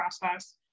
process